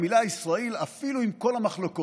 חבריי חברי הכנסת,